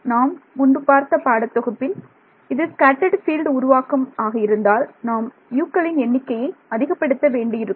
நாம் முன்பு பார்த்த பாடத்தொகுப்பில் இது ஸ்கேட்டர்ட் ஃ பீல்டு உருவாக்கம் ஆக இருந்தால் நாம் U க்களின் எண்ணிக்கையை அதிகப்படுத்த வேண்டியிருக்கும்